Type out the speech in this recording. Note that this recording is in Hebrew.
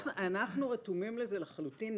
אנחנו רתומים לזה לחלוטין.